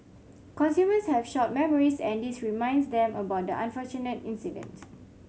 consumers have short memories and this reminds them about the unfortunate incident